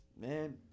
man